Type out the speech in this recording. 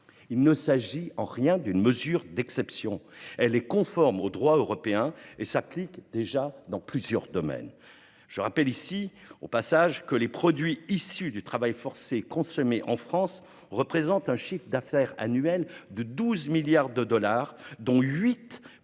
Il ne s'agit en rien d'une mesure d'exception. Elle est conforme au droit européen et s'applique déjà dans plusieurs domaines. Pour en terminer, je rappelle que les produits issus du travail forcé consommés en France représentent un chiffre d'affaires annuel de près de 12 milliards de dollars, dont 8